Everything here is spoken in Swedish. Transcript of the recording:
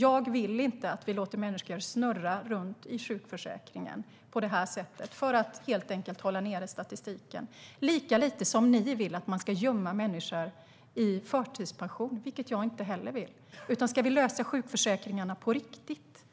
Jag vill inte att vi låter människor snurra runt i sjukförsäkringen för att på det sättet hålla nere statistiken, lika lite som ni vill att man ska gömma människor i förtidspension, vilket jag inte heller vill. Ska vi lösa sjukförsäkringen på riktigt